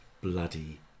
bloody